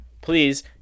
Please